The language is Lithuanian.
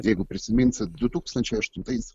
jeigu prisiminsit du tūkstančiai aštuntais